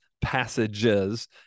passages